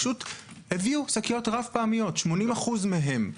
הביאו שקיות רב פעמיות 80% מהם.